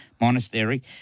monastery